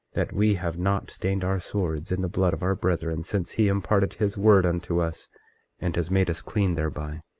that we have not stained our swords in the blood of our brethren since he imparted his word unto us and has made us clean thereby.